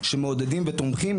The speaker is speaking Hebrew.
שמעודדים ותומכים,